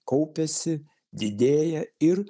kaupiasi didėja ir